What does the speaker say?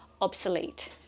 obsolete